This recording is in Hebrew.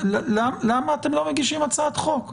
למה אתם לא מגישים הצעת חוק?